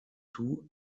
two